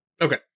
Okay